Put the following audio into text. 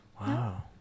Wow